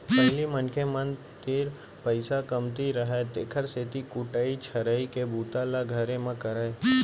पहिली मनखे मन तीर पइसा कमती रहय तेकर सेती कुटई छरई के बूता ल घरे म करयँ